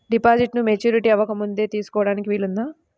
డిపాజిట్ను మెచ్యూరిటీ అవ్వకముందే తీసుకోటానికి వీలుందా?